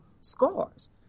scars